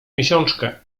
miesiączkę